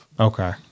Okay